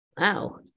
Wow